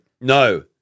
No